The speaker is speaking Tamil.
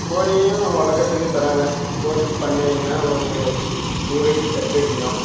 கோழியும் வளர்க்கறதுக்கு தர்றாங்க கோழிப் பண்ணையின்னால் ஒரு நூறு அடி செட்டு அடிக்கணும்